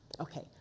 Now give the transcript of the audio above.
Okay